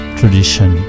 tradition